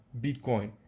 Bitcoin